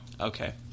Okay